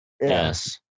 yes